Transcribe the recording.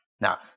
Now